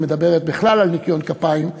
שמדברת בכלל על ניקיון כפיים,